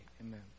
amen